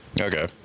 okay